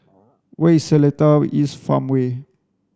where is Seletar East Farmway